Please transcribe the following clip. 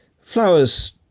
flowers